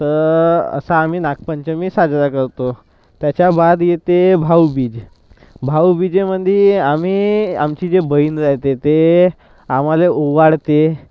तर असा आम्ही नागपंचमी साजरा करतो त्याच्याबाद येते भाऊबीज भाऊबिजेमंदी आम्ही आमची जी बहीण राहते ते आम्हाला ओवाळते